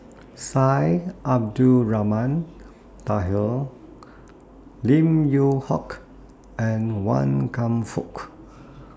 Syed Abdulrahman Taha Lim Yew Hock and Wan Kam Fook